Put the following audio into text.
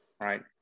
right